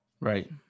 Right